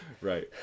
Right